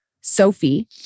Sophie